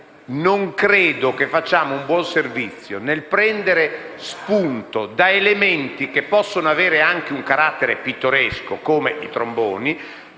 non credo che facciamo un buon servizio prendendo spunto da elementi che possono avere anche un carattere pittoresco, come i tromboni,